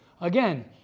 Again